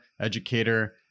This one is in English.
educator